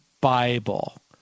Bible